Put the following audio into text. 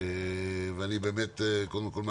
קודם כול,